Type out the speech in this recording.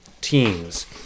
teams